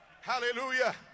hallelujah